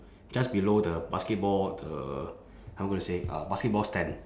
just below the basketball uh how am I gonna say uh basketball stand